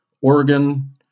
Oregon